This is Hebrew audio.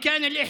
אדוני,